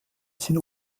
sind